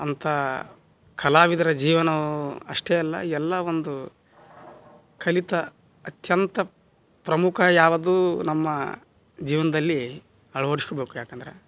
ಅಂಥ ಕಲಾವಿದರ ಜೀವನವೂ ಅಷ್ಟೇ ಅಲ್ಲ ಎಲ್ಲ ಒಂದು ಕಲಿತ ಅತ್ಯಂತ ಪ್ರಮುಖ ಯಾವುದೂ ನಮ್ಮ ಜೀವನದಲ್ಲಿ ಅಳವಡ್ಸ್ಕೊಳ್ಬೇಕು ಯಾಕೆಂದ್ರೆ